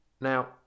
Now